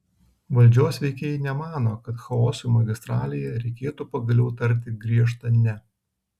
valdžios veikėjai nemano kad chaosui magistralėje reikėtų pagaliau tarti griežtą ne